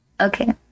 Okay